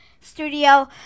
Studio